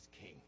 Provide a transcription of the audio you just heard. king